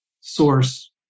source